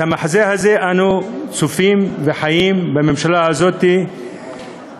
את המחזה הזה אנו צופים וחיים בממשלה הזאת חודש-חודש,